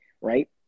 Right